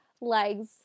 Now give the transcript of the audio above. legs